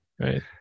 right